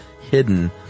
hidden